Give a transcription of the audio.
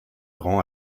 rend